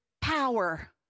power